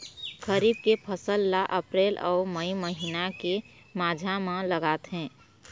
खरीफ के फसल ला अप्रैल अऊ मई महीना के माझा म लगाथे